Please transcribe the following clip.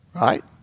right